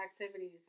activities